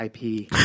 IP